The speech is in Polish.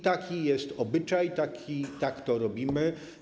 Taki jest obyczaj, tak to robimy.